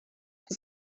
que